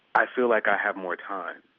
i feel like i have more time.